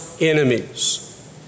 enemies